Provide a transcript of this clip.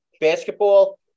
basketball